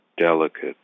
delicate